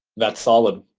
that's solid.